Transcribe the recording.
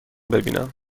ببینم